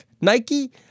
Nike